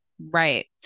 Right